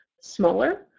smaller